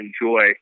enjoy